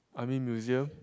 Army museum